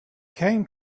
came